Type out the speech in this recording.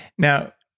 now,